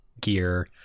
gear